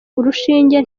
urushinge